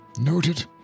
Noted